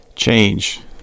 change